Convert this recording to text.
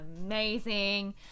amazing